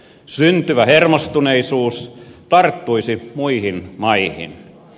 syntyvä hermostuneisuus tarttuisi muihin maihin